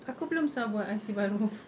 aku belum sia buat I_C baru